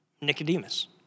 Nicodemus